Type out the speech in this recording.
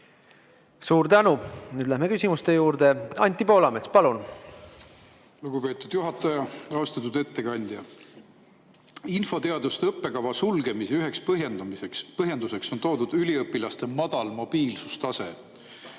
Suur tänu! Läheme küsimuste juurde. Anti Poolamets, palun! Lugupeetud juhataja! Austatud ettekandja! Infoteaduste õppekava sulgemise üheks põhjenduseks on toodud üliõpilaste madal mobiilsustase.